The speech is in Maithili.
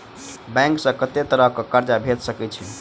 बैंक सऽ कत्तेक तरह कऽ कर्जा भेट सकय छई?